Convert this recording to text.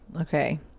Okay